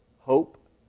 Hope